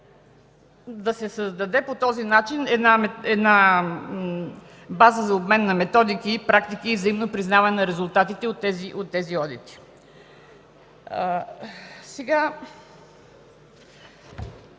да се създаде една база за обмен на методики и практики и взаимно признаване на резултатите от тези одити. Друг